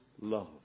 love